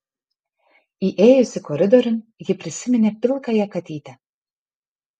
įėjusi koridoriun ji prisiminė pilkąją katytę